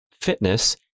fitness